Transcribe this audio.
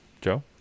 Joe